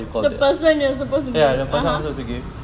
know what you call the person you're supposed to give ah